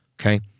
okay